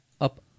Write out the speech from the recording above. Up